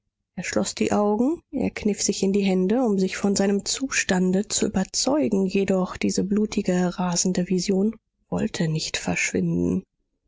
er schloß die augen er kniff sich in die hände um sich von seinem zustande zu überzeugen jedoch diese blutige rasende vision wollte nicht verschwinden